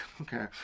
Okay